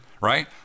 right